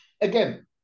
again